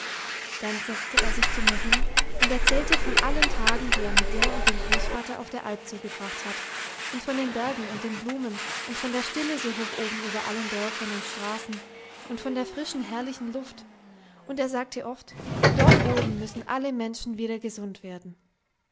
dann setzte er sich zu mir hin und erzählte von allen tagen die er mit dir und dem großvater auf der alp zugebracht hat und von den bergen und den blumen und von der stille so hoch oben über allen dörfern und straßen und von der frischen herrlichen luft und er sagte oft dort oben müssen alle menschen wieder gesund werden